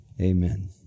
Amen